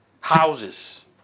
houses